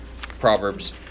proverbs